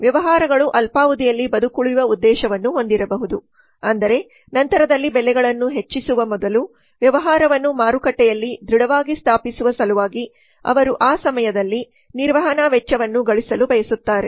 ವ್ಯವಹಾರಗಳು ಅಲ್ಪಾವಧಿಯಲ್ಲಿ ಬದುಕುಳಿಯುವ ಉದ್ದೇಶವನ್ನು ಹೊಂದಿರಬಹುದು ಅಂದರೆ ನಂತರದಲ್ಲಿ ಬೆಲೆಗಳನ್ನು ಹೆಚ್ಚಿಸುವ ಮೊದಲು ವ್ಯವಹಾರವನ್ನು ಮಾರುಕಟ್ಟೆಯಲ್ಲಿ ದೃಢವಾಗಿ ಸ್ಥಾಪಿಸುವ ಸಲುವಾಗಿ ಅವರು ಆ ಸಮಯದಲ್ಲಿ ನಿರ್ವಹಣಾ ವೆಚ್ಚವನ್ನು ಗಳಿಸಲು ಬಯಸುತ್ತಾರೆ